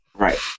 Right